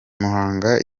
muhanga